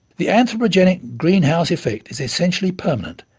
the anthropogenic greenhouse effect is essentially permanent,